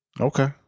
Okay